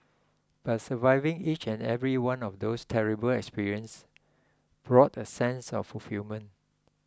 but surviving each and every one of those terrible experiences brought a sense of fulfilment